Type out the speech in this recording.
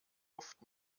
oft